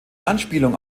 anspielung